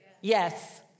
Yes